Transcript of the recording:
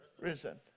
risen